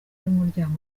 y’umuryango